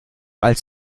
als